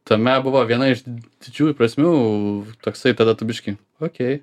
tame buvo viena iš didžiųjų prasmių toksai tada tu biškį okei